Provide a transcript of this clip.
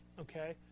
okay